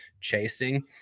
chasing